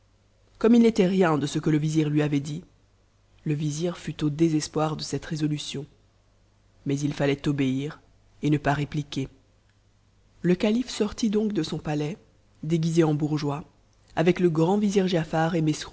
comme il n'était rien de ce que vixir lui avait dit le vizir fut au désespoir de cette résolution mais il tathtil obéir et ne pas répliquer le calife sortit donc de son palais déguisé en bourgeois avec le grand giafar